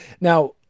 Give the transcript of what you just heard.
now